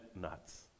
nuts